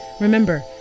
Remember